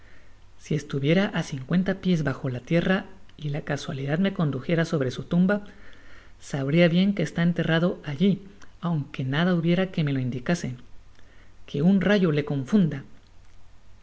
si estuviera á cincuenta piés bajo la tierra y la casualidad me condujera sobre su tumba sabria bien que está enterrado alli aunque nada hubiera que me lo indicase qué uu rayo le confunda